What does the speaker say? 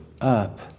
up